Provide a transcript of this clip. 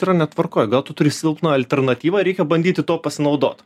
yra netvarkoj gal tu turi silpną alternatyvą reikia bandyti tuo pasinaudot